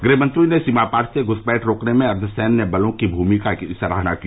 गृहमंत्री ने सीमापार से घूसपैठ रोकने में अर्दघसैन्य बलों की भूमिका की सराहना की